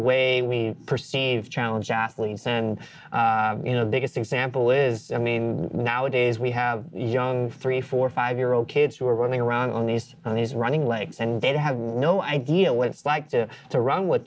way we perceive challenge athletes and you know the biggest example is i mean nowadays we have young three four five year old kids who are running around on these on these running legs and they have no idea what it's like to to run w